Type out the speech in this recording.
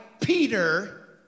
Peter